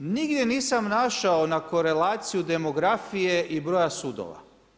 Nigdje nisam naišao na korelaciju demografije i broja sudova.